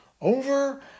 over